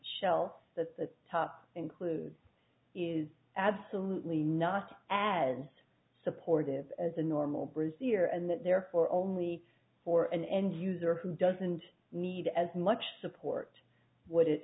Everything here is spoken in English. shell that the top includes is absolutely not as supportive as a normal brasier and that therefore only for an end user who doesn't need as much support would